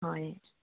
হয়